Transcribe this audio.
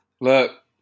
Look